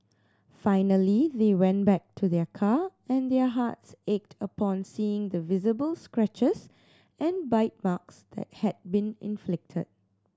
finally they went back to their car and their hearts ached upon seeing the visible scratches and bite marks that had been inflicted